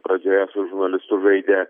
pradžioje su žurnalistu žaidė